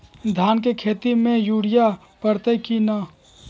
धान के खेती में यूरिया परतइ कि न?